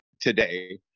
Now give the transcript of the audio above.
today